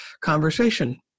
conversation